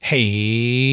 Hey